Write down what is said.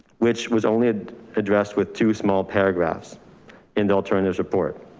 which was only addressed with two small paragraphs in the alternatives report.